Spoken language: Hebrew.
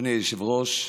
אדוני היושב-ראש,